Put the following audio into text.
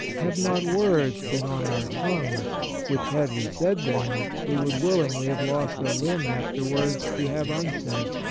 have not words been on our tongues which, had we said them, we would willingly have lost a limb afterwards to have unsaid?